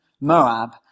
Moab